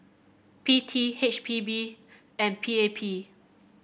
P T H P B and P A P